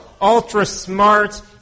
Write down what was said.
ultra-smart